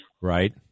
Right